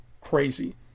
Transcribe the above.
crazy